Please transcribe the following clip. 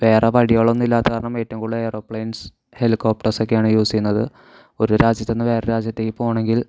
വേറെ വഴികളൊന്നും ഇല്ലാത്തതുകാരണം ഏറ്റവും കൂടുതൽ ഏറോപ്ലെയിൻസ് ഹെലികോപ്റ്റേഴ്സ്സൊക്കെയാണ് യൂസ് ചെയ്യുന്നത് ഒരു രാജ്യത്തുനിന്ന് വേറേ രാജ്യത്തേക്ക് പോവണമെങ്കിൽ